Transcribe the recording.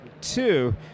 Two